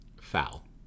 Foul